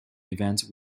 event